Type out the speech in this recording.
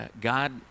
God